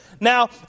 Now